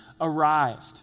arrived